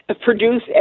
produce